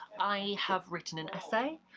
i have written an essay,